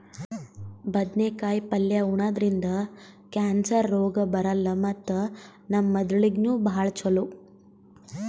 ಬದ್ನೇಕಾಯಿ ಪಲ್ಯ ಉಣದ್ರಿಂದ್ ಕ್ಯಾನ್ಸರ್ ರೋಗ್ ಬರಲ್ಲ್ ಮತ್ತ್ ನಮ್ ಮೆದಳಿಗ್ ನೂ ಭಾಳ್ ಛಲೋ